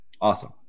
awesome